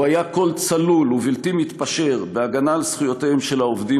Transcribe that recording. הוא היה קול צלול ובלתי מתפשר בהגנה על זכויותיהם של העובדים